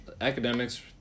Academics